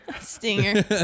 Stinger